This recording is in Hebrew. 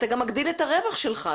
אתה גם מגדיל את הרווח שלך,